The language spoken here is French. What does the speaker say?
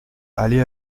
allez